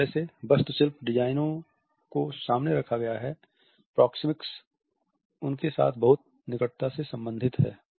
जिस तरह से वास्तुशिल्प डिजाइनों को सामने रखा गया है प्रोक्सेमिक्स उसके साथ बहुत निकटता से संबंधित है